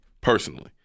personally